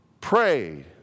Pray